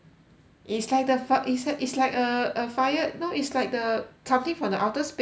it's like the fi~ is like it's like a fire no it's like the coming from the outer space lah